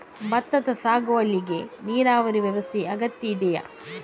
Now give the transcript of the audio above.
ಭತ್ತದ ಸಾಗುವಳಿಗೆ ನೀರಾವರಿ ವ್ಯವಸ್ಥೆ ಅಗತ್ಯ ಇದೆಯಾ?